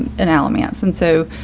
and alamance. and so,